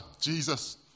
Jesus